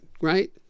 right